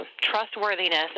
trustworthiness